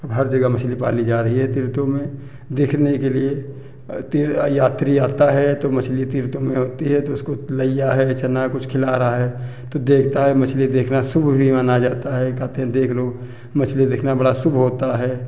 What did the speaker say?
अब हर जगह मछली पाली जा रही है तीर्थों में देखने के लिए तीर यात्री आता है तो मछली तीर्थों में होती है तो उसको लइया है या चना कुछ खिला रहा है तो देखता है मछली देखना सुभ भी माना जाता है कहते हैं देख लो मछली देखना बड़ा शुभ होता है